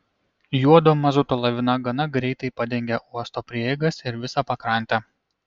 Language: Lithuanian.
juodo mazuto lavina gana greitai padengė uosto prieigas ir visą pakrantę